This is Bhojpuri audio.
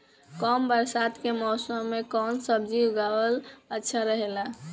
कम बरसात के मौसम में कउन सब्जी उगावल अच्छा रहेला?